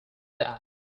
that